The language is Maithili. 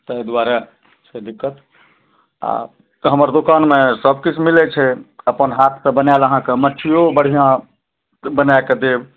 ताहि दुआरे छै दिक्कत आ तऽ हमर दोकानमे सब किछु मिलै छै अपन हाथसँ बनाएल अहाँके मच्छलियो बढ़िऑं बना कऽ देत